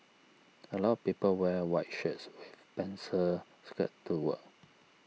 a lot of people wear white shirts with pencil skirt to work